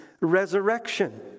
resurrection